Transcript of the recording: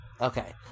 Okay